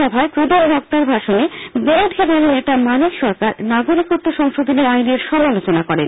সভায় প্রধান বক্তার ভাষণে বিরোধী দলনেতা মানিক সরকার নাগরিকত্ব সংশোধনী আইনের সমালোচনা করেন